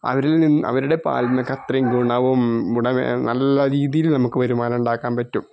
അവരില് നിന്നും അവരുടെ പാലിന് ഒക്കെ അത്രയും ഗുണവും ഗുണ നല്ല രീതിയില് നമുക്ക് വരുമാനം ഉണ്ടാക്കാന് പറ്റും